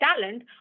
talent